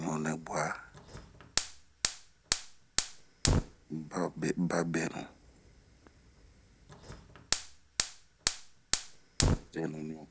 ɲunɛbwa, babenu, zenuɲu